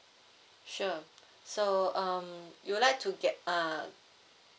sure so um you would like to get uh